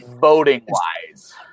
voting-wise